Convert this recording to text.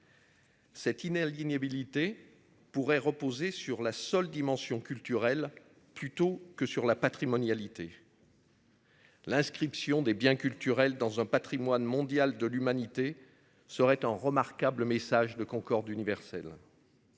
Cette inaliénabilité pourrait reposer sur la seule dimension culturelle plutôt que sur la patrimonialité. L'inscription des biens culturels dans un Patrimoine mondial de l'humanité serait en remarquable message de Concorde universelle.